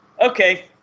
Okay